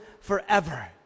forever